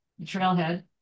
trailhead